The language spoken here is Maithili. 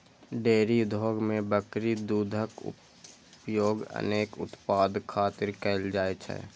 डेयरी उद्योग मे बकरी दूधक उपयोग अनेक उत्पाद खातिर कैल जाइ छै